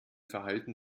verhalten